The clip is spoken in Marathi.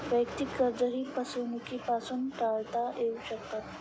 वैयक्तिक कर्जेही फसवणुकीपासून टाळता येऊ शकतात